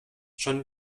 schon